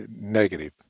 negative